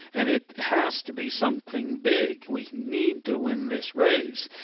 and it has to be something big. we need to win this race.